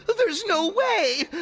ah there's no way!